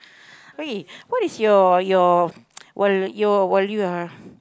okay what is your your while your while you are